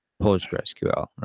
PostgreSQL